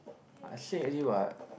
I say already what